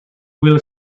will